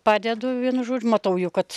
padedu vienu žodžiu matau jau kad